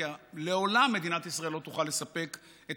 כי לעולם מדינת ישראל לא תוכל לספק את